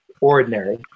ordinary